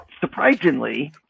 surprisingly